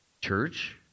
church